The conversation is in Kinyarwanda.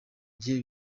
gihe